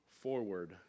forward